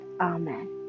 Amen